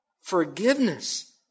Forgiveness